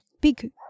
big